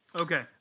Okay